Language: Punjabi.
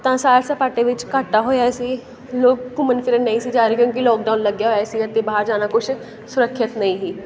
ਤਾਂ ਸੈਰ ਸਪਾਟੇ ਵਿੱਚ ਘਾਟਾ ਹੋਇਆ ਸੀ ਲੋਕ ਘੁੰਮਣ ਫਿਰਨ ਨਹੀਂ ਸੀ ਜਾ ਰਹੇ ਕਿਉਂਕਿ ਲੋਕਡਾਊਨ ਲੱਗਿਆ ਹੋਇਆ ਸੀ ਅਤੇ ਬਾਹਰ ਜਾਣਾ ਕੁਛ ਸੁਰੱਖਿਅਤ ਨਹੀਂ ਸੀ